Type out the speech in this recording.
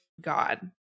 god